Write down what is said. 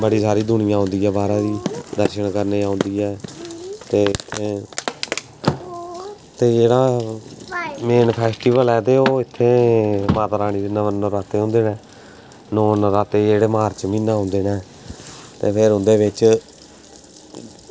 ते बड़ी सारी दूनियां औंदी साढ़े बी दर्शन करने गी औंदी ऐ ते ओह् ते जेह्ड़ा मेन फेस्टिवल ऐ ते ओह् इत्थै माता रानी दे नराते होंदे न नौ नराते जेह्ड़े मार्च म्हीनै औंदे न ते ओह् फिर उं'दे बिच्च